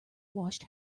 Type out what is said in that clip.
washed